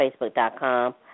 Facebook.com